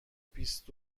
بیست